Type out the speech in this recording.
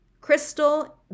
crystal